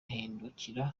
ahindukira